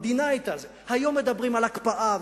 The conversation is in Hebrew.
היום מדברים על הקפאה,